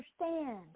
understand